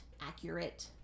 Accurate